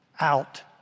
out